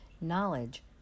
Knowledge